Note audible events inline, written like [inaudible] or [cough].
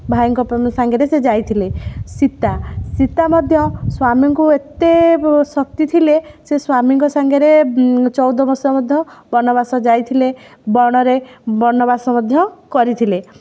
ଭାଇଙ୍କ [unintelligible] ସାଙ୍ଗରେ ସେ ଯାଇଥିଲେ ସୀତା ସୀତା ମଧ୍ୟ ସ୍ୱାମୀଙ୍କୁ ଏତେ ସତୀ ଥିଲେ ସେ ସ୍ୱାମୀଙ୍କ ସାଙ୍ଗରେ ଚଉଦ ବର୍ଷ ମଧ୍ୟ ବନବାସ ଯାଇଥିଲେ ବଣରେ ବନବାସ ମଧ୍ୟ କରିଥିଲେ